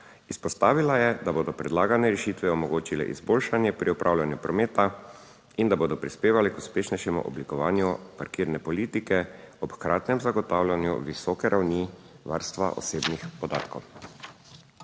Izpostavila je, da bodo predlagane rešitve omogočile izboljšanje pri upravljanju prometa, in da bodo prispevale k uspešnejšemu oblikovanju parkirne politike ob hkratnem zagotavljanju visoke ravni varstva osebnih podatkov.